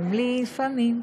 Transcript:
הם לפעמים".